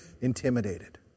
intimidated